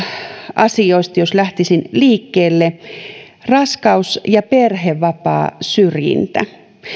asioista jos lähtisin liikkeelle raskaus ja perhevapaasyrjintä